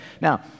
Now